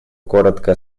коротко